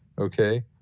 okay